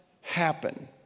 happen